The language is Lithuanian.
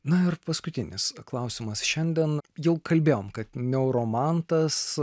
na ir paskutinis klausimas šiandien jau kalbėjom kad neuromantas